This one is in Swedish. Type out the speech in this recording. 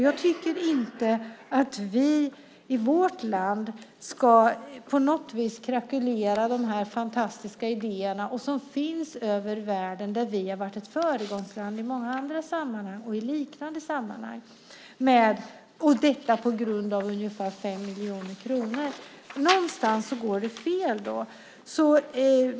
Jag tycker inte att vi i vårt land ska på något vis krackelera de här fantastiska idéerna som finns över världen där vi har varit ett föregångsland i många andra och liknande sammanhang - detta på grund av ungefär 5 miljoner kronor. Någonstans går det fel då.